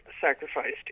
sacrificed